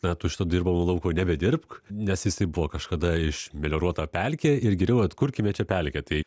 na tu šito dirbamo lauko nebedirbk nes jisai buvo kažkada išmelioruota pelkė ir geriau atkurkime čia pelkę tai